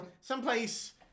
Someplace